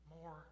more